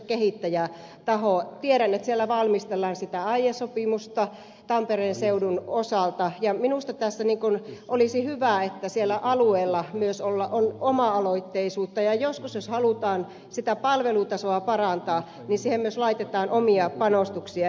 tiedän että siellä valmistellaan sitä aiesopimusta tampereen seudun osalta ja minusta tässä olisi hyvä että sillä alueella on myös oma aloitteisuutta ja joskus jos halutaan sitä palvelutasoa parantaa niin siihen myös laitetaan omia panostuksia